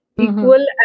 Equal